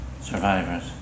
Survivors